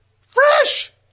Fresh